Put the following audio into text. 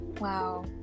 Wow